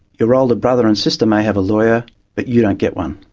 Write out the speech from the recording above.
your older brother and sister may have a lawyer but you don't get one.